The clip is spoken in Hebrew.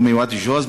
הוא מוואדי-ג'וז,